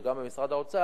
וגם משרד האוצר,